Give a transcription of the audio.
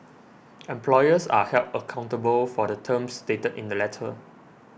employers are held accountable for the terms stated in the letter